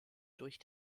durch